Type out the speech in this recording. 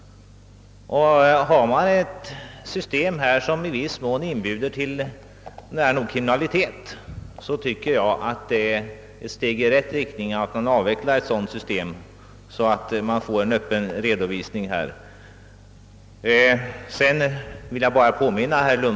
Om man har ett system som i viss mån inbjuder till nära nog kriminalitet, tycker jag det är ett steg i rätt riktning att det avvecklas så att redovisningen blir öppen.